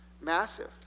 Massive